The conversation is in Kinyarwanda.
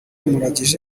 murangije